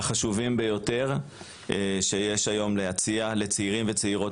החשובים ביותר שיש היום להציע לצעירים וצעירות